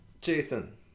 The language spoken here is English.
Jason